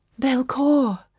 belcour,